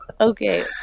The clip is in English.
Okay